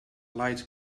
light